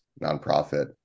nonprofit